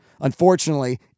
Unfortunately